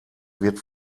wird